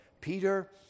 Peter